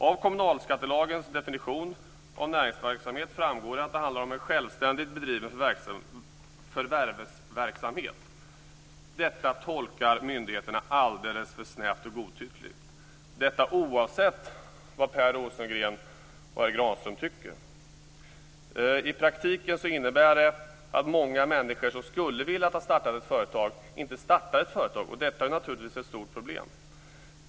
Av kommunalskattelagens definition av näringsverksamhet framgår att det handlar om en självständigt bedriven förvärvsverksamhet. Detta tolkar myndigheterna alldeles för snävt och godtyckligt, oavsett vad Per Rosengren och herr Granström tycker. I praktiken innebär det att många människor som skulle vilja starta ett företag inte startar ett företag, och detta är naturligtvis ett stort problem.